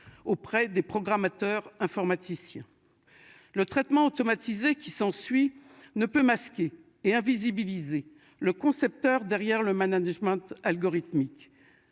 Auprès des programmateurs informaticien. Le traitement automatisé qui s'en suit ne peut masquer et. Le concepteur derrière le management algorithmique